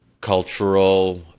cultural